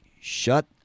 shut